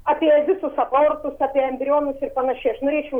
apie visus abortus apie embrionus ir panašiai aš norėčiau